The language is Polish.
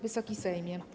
Wysoki Sejmie!